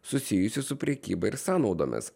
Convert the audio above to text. susijusi su prekyba ir sąnaudomis